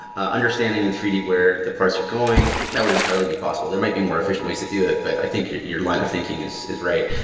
ah understanding in three d where the parts were going. that would entirely be possible. there might be more efficient ways to do it, but i think your line of thinking is is right.